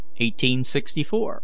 1864